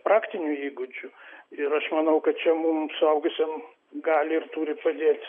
praktinių įgūdžių ir aš manau kad čia mum suaugusiem gali ir turi padėt